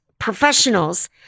professionals